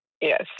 yes